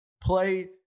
play